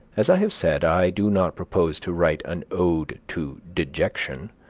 as i have said, i do not propose to write an ode to dejection,